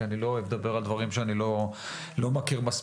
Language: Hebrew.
כי אני לא אוהב לדבר על דברים שאני לא מכיר מספיק.